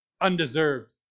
Undeserved